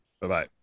Bye-bye